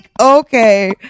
okay